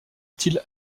style